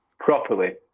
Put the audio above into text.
properly